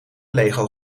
lego